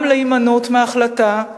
גם להימנעות מהחלטה,